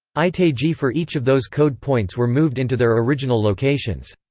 itaiji for each of those code points were moved into their original locations.